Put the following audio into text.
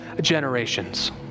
generations